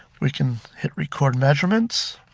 we can hit record measurements,